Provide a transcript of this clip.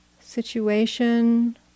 situation